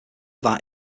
that